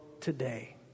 today